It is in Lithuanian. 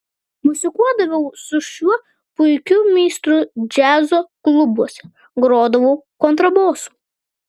muzikuodavau su šiuo puikiu meistru džiazo klubuose grodavau kontrabosu